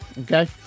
okay